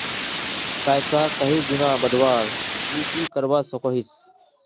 पैसा कहीं गुणा बढ़वार ती की करवा सकोहिस?